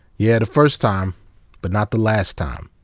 yeah, the first time but not the last time.